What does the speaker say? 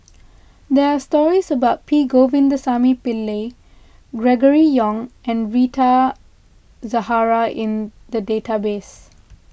there are stories about P Govindasamy Pillai Gregory Yong and Rita Zahara in the database